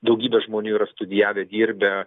daugybė žmonių yra studijavę dirbę